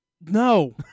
No